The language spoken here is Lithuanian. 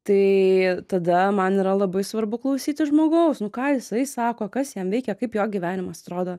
tai tada man yra labai svarbu klausyti žmogaus nu ką jisai sako kas jam veikia kaip jo gyvenimas atrodo